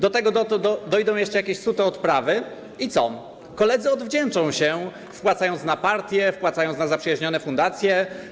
Do tego dojdą jeszcze jakieś sute odprawy i co, koledzy odwdzięczą się, wpłacając na partię, wpłacając na zaprzyjaźnione fundacje.